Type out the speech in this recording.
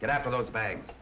get out of those bag